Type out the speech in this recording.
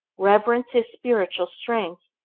reverence his spiritual strength,